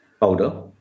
powder